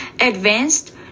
advanced